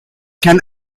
can